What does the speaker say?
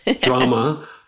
drama